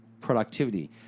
productivity